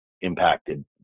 impacted